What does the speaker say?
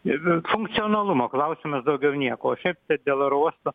ir funkcionalumo klausimas daugiau nieko o šiaip tai dėl oro uosto